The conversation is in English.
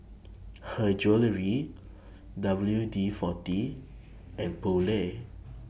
Her Jewellery W D forty and Poulet